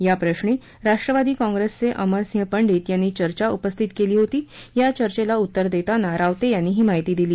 याप्रश्नी राष्ट्रवादी काँप्रेसचे अमरसिंह पंडित यांनी चर्चा उपस्थित केली होती या चर्चेला उत्तर देताना रावते यांनी ही माहिती दिली